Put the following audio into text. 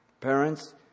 Parents